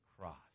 cross